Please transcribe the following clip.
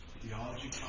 theology